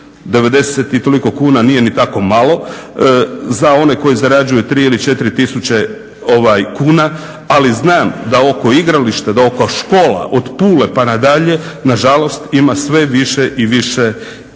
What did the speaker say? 90 i toliko kuna nije ni tako malo za one koji zarađuju 3 ili 4 tisuće kuna, ali znam da oko igrališta, da oko škola od Pule pa nadalje nažalost ima sve više i više igala.